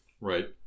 Right